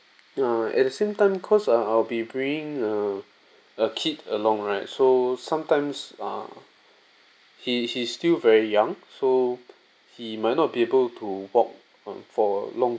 uh at the same time cause uh I'll be bringing a a kid along right so sometimes uh he he's still very young so he might not be able to walk for a long